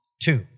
Two